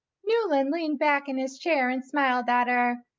newland leaned back in his chair and smiled at her.